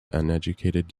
uneducated